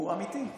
הוא אמיתי.